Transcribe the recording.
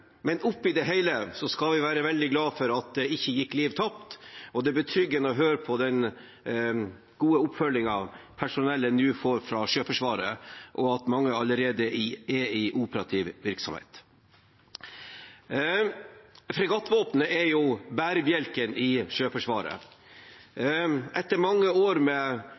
Men oppe i det hele skal vi være veldig glade for at det ikke gikk liv tapt, og det er betryggende å høre om den gode oppfølgingen personellet nå får fra Sjøforsvaret, og at mange allerede er i operativ virksomhet. Fregattvåpenet er bærebjelken i Sjøforsvaret. Etter mange år med